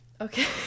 Okay